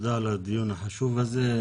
תודה על הדיון החשוב הזה.